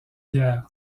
pierres